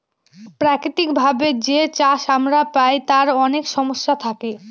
প্রাকৃতিক ভাবে যে চাষ আমরা পায় তার অনেক সমস্যা থাকে